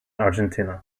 argentina